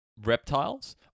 reptiles